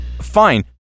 Fine